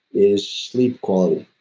is sleep quality.